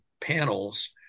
panels